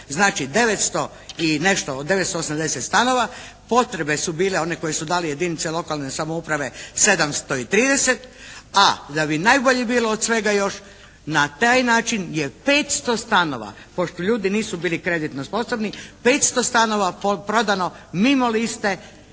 Znači 900 i nešto, 980 stanova potrebe su bile one koje su dale jedinice lokalne samouprave 730. A da bi najbolje bilo od svega još, na taj način je 500 stanova, pošto ljudi nisu bili kreditno sposobni, 500 stanova prodano mimo liste